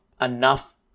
enough